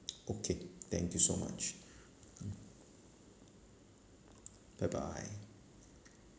okay thank you so much bye bye